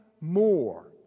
more